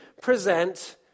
present